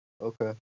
Okay